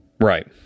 Right